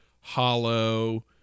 hollow